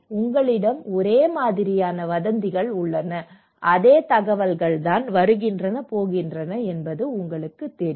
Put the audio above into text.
உங்களிடம் ஒரே மாதிரியான வதந்திகள் உள்ளன அதே தகவல்கள் தான் வருகின்றன போகின்றன என்பது உங்களுக்குத் தெரியும்